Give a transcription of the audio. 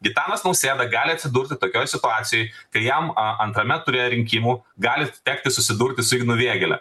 gitanas nausėda gali atsidurti tokioj situacijoj kai jam antrame ture rinkimų gali tekti susidurti su ignu vėgėle